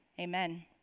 Amen